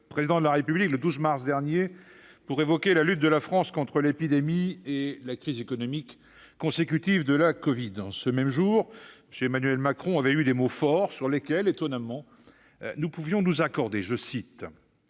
le Président de la République le 12 mars dernier pour évoquer la lutte de la France contre l'épidémie et la crise économique qui en est résultée. Le même jour, Emmanuel Macron a tenu des mots forts, sur lesquels, étonnamment, nous pouvions nous accorder :«